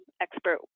expert